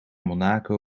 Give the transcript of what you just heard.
monaco